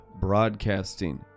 broadcasting